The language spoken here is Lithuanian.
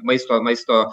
maisto maisto